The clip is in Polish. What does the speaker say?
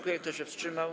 Kto się wstrzymał?